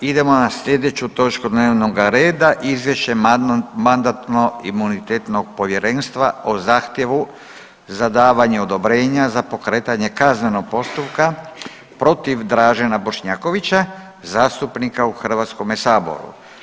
Idemo na sljedeću točku dnevnoga reda: - Izvješće Mandatno-imunitetno povjerenstva; o zahtjevu za davanje odobrenja za pokretanje kaznenog postupka protiv Dražena Bošnjakovića, zastupnika u HS-u.